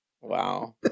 wow